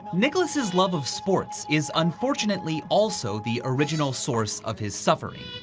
nicholas's love of sports is unfortunately also the original source of his suffering.